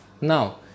Now